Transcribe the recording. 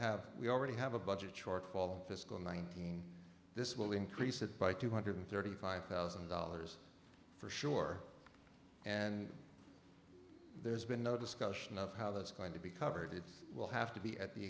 have we already have a budget shortfall fiscal nineteen this will increase it by two hundred thirty five thousand dollars for sure and there's been no discussion of how that's going to be covered it will have to be at the